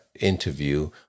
interview